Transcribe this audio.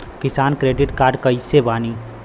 किसान credit card कइसे बानी?